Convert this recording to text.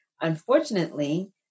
unfortunately